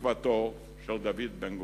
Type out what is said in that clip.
כתקוותו של דוד בן-גוריון.